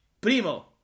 Primo